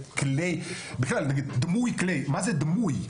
בכלל, מה זה דמוי כלי?